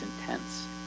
intense